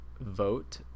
vote